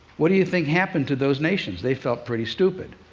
what do you think happened to those nations? they felt pretty stupid.